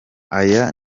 aya